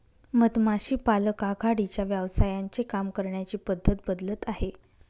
मधमाशी पालक आघाडीच्या व्यवसायांचे काम करण्याची पद्धत बदलत आहे